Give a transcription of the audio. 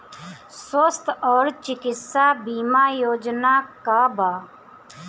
स्वस्थ और चिकित्सा बीमा योजना का बा?